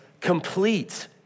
complete